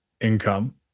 income